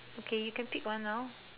okay you can pick one now